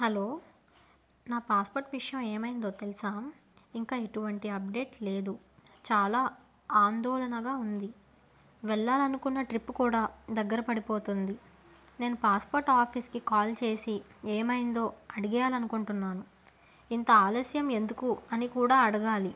hello నా passport విషయం ఏమైందో తెలుసా ఇంకా ఎటువంటి అప్డేట్ లేదు చాలా ఆందోళనగా ఉంది వెళ్ళాలని అనుకున్న ట్రిప్ కూడా దగ్గర పడిపోతుంది నేను పాస్పోర్ట్ ఆఫీస్కి కాల్ చేసి ఏమైందో అడిగేయాలి అనుకుంటున్నాను ఇంత ఆలస్యం ఎందుకు అని కూడా అడగాలి